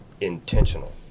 intentional